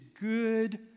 good